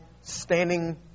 standing